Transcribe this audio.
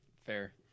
Fair